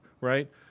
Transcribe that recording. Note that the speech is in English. right